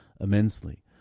immensely